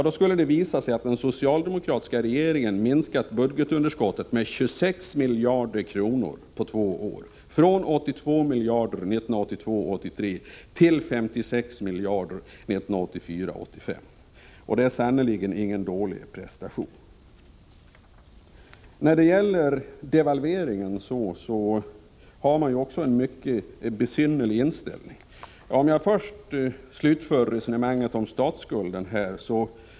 Då skulle det visa sig att den socialdemokratiska regeringen minskat budgetunderskottet med 26 miljarder kronor på två år — från 82 miljarder 1982 85. Det är sannerligen ingen dålig prestation. När det gäller devalveringen har man också en mycket besynnerlig inställning. Låt mig då först slutföra resonemanget om statsskulden.